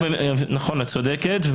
את צודקת,